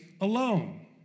alone